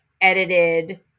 edited